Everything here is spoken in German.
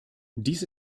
dies